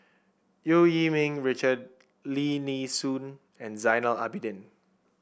Eu Yee Ming Richard Lim Nee Soon and Zainal Abidin